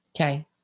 Okay